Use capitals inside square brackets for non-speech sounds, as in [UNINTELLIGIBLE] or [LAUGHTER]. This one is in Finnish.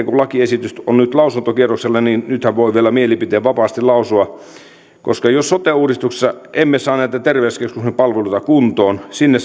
[UNINTELLIGIBLE] kun lakiesitys on nyt lausuntokierroksella niin nythän voi vielä mielipiteen vapaasti lausua jos sote uudistuksessa emme saa niitä terveyskeskusten palveluita kuntoon sinne [UNINTELLIGIBLE]